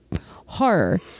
horror